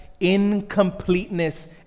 incompleteness